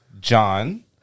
John